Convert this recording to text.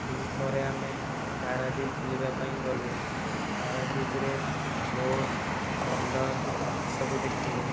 ଦ୍ୱିପହରେ ଆମେ ପାରାଦୀପ ବୁଲିବା ପାଇଁ ଗଲୁ ପାରାଦୀପରେ ବୋଟ୍ ବନ୍ଦର୍ ଏସବୁ ଦେଖିଲୁ